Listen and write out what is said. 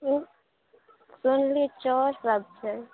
hello सुनली चाउर सभ छै